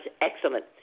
excellent